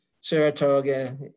Saratoga